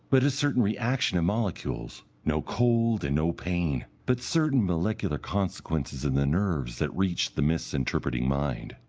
but a certain reaction of molecules no cold and no pain, but certain molecular consequences in the nerves that reach the misinterpreting mind.